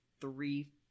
three